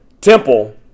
Temple